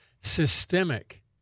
systemic